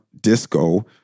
disco